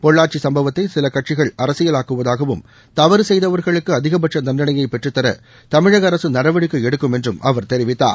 பொள்ளாச்சி சம்பவத்தை சில கட்சிகள் அரசியலாக்குவதாகவும் தவறு செய்தவர்களுக்கு அதிகபட்ச தண்டனையை பெற்றுத்தர தமிழக அரசு நடவடிக்கை எடுக்கும் என்றும் அவர் தெரிவித்தார்